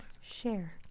Share